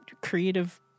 creative